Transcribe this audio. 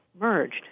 merged